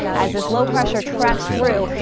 as this low pressure tracks through,